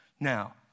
Now